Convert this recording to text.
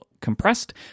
compressed